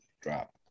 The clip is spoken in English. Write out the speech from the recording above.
drop